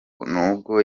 nubwo